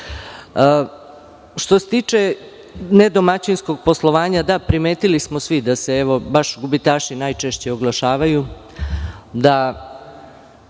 se tiče nedomaćinskog poslovanja, da, primetili smo svi da se baš gubitaši najčešće oglašavaju da